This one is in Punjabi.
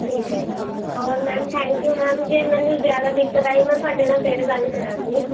ਠੀਕ ਹੈ ਜੀ ਔਰ ਮੈਮ ਥੈਂਕ ਯੂ ਮੈਮ ਜੇ ਮੈਨੂੰ ਜ਼ਿਆਦਾ ਦਿੱਕਤ ਆਈ ਮੈਂ ਤੁਹਾਡੇ ਨਾਲ ਫਿਰ ਗੱਲ ਕਰਾਂਗੀ